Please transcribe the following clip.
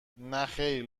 نخیر